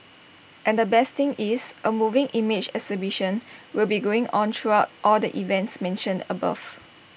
and the best thing is A moving image exhibition will be going on throughout all the events mentioned above